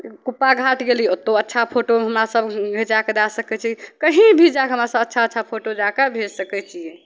Copa Ghat गेलिए ओतहु अच्छा फोटो हमरासभ घिचैके दै सकै छी कहीँ भी जाके हमरासभ अच्छा अच्छा फोटो जाके भेजि सकै छिए